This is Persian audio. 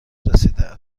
رسیده